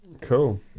cool